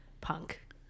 punk